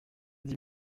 dit